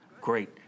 Great